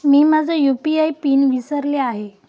मी माझा UPI PIN विसरले आहे